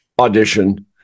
audition